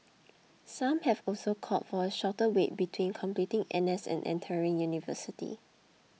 some have also called for a shorter wait between completing N S and entering university